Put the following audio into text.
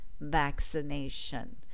vaccination